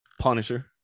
punisher